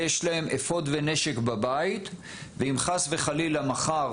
יש להם אפוד ונשק בבית ואם חס וחלילה מחר